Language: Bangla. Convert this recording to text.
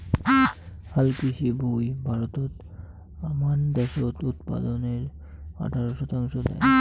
হালকৃষি ভুঁই ভারতত আমান দ্যাশজ উৎপাদনের আঠারো শতাংশ দ্যায়